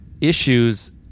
issues